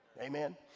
Amen